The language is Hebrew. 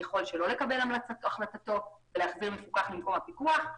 הוא יכול שלא לקבל את החלטתו ולהחזיר מפוקח למקום הפיקוח.